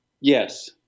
Yes